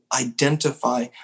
identify